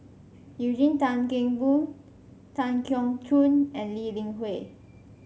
Eugene Tan Kheng Boon Tan Keong Choon and Lee Li Hui